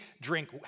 drink